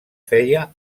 feia